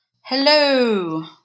Hello